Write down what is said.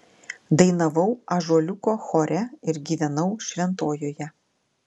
dainavau ąžuoliuko chore ir gyvenau šventojoje